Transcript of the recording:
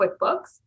QuickBooks